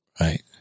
Right